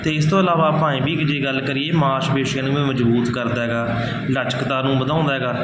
ਅਤੇ ਇਸ ਤੋਂ ਇਲਾਵਾ ਆਪਾਂ ਐਂ ਵੀ ਜੇ ਗੱਲ ਕਰੀਏ ਮਾਸਪੇਸ਼ੀਆਂ ਨੂੰ ਵੀ ਮਜ਼ਬੂਤ ਕਰਦਾ ਹੈਗਾ ਲਚਕਤਾ ਨੂੰ ਵਧਾਉਂਦਾ ਹੈਗਾ